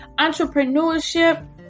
entrepreneurship